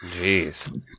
Jeez